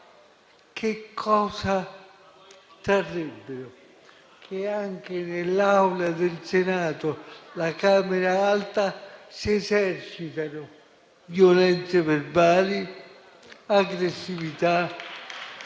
che cosa ne trarrebbero? Anche nell'Aula del Senato, la Camera alta, si esercitano violenze verbali, aggressività